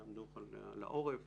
דוח על העורף